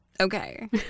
Okay